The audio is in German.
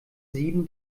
sieben